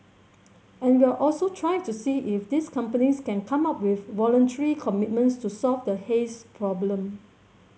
and we'll also try to see if these companies can come up with voluntary commitments to solve the haze problem